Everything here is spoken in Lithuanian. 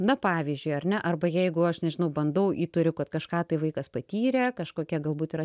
na pavyzdžiui ar ne arba jeigu aš nežinau bandau įtariu kad kažką tai vaikas patyrė kažkokia galbūt yra